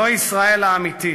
זו ישראל האמיתית,